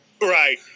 Right